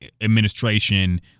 administration